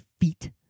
feet